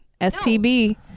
STB